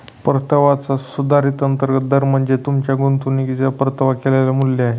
परताव्याचा सुधारित अंतर्गत दर म्हणजे तुमच्या गुंतवणुकीचे परतावा केलेले मूल्य आहे